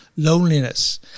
Loneliness